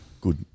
good